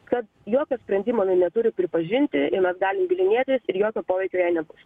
kad jokio sprendimo jinai neturi pripažinti ir mes galim bylinėtis ir jokio poveikio jai nebus